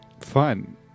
fun